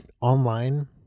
online